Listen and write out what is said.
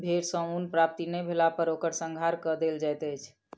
भेड़ सॅ ऊन प्राप्ति नै भेला पर ओकर संहार कअ देल जाइत अछि